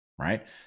Right